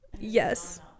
yes